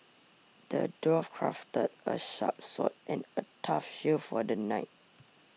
the dwarf crafted a sharp sword and a tough shield for the knight